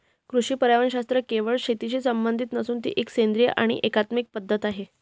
कृषी पर्यावरणशास्त्र केवळ शेतीशी संबंधित नसून ती एक सेंद्रिय आणि एकात्मिक पद्धत आहे